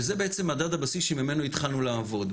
וזה בעצם מדד הבסיס שממנו התחלנו לעבוד.